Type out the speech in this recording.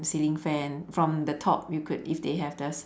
ceiling fan from the top you could if they have the